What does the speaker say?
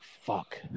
fuck